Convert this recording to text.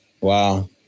Wow